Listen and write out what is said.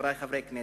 חברי חברי הכנסת.